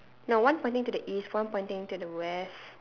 no one pointing to the east one pointing to the west